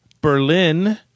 Berlin